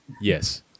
Yes